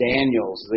Daniels